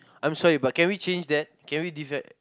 I'm sorry but can we change that can we leave that